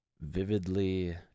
Vividly